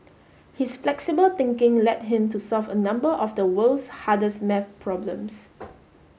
his flexible thinking led him to solve a number of the world's hardest maths problems